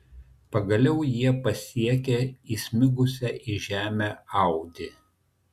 pagaliau jie pasiekė įsmigusią į žemę audi